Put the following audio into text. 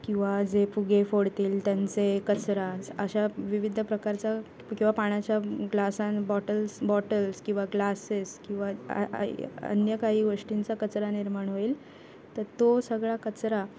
किंवा जे फुगे फोडतील त्यांचे कचरा अशा विविध प्रकारचा किंवा पाण्याच्या ग्लासां बॉटल्स बॉटल्स किंवा ग्लासेस किंवा अन्य काही गोष्टींचा कचरा निर्माण होईल तर तो सगळा कचरा